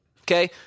Okay